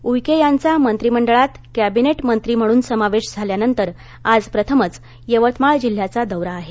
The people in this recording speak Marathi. उईके यांचा मंत्रिमंडळात कॅबिनेट मंत्री म्हणून समावेश झाल्यानंतर आज प्रथमच ते यवतमाळ जिल्ह्याच्या दौ यावर येत आहेत